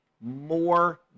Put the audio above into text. more